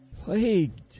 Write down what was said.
plagued